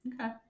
Okay